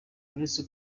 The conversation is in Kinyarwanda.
uretse